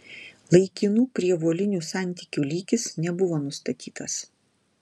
laikinų prievolinių santykių lygis nebuvo nustatytas